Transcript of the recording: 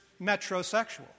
metrosexual